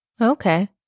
Okay